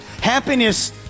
Happiness